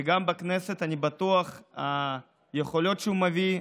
וגם בכנסת אני בטוח שהיכולות שהוא מביא,